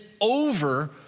over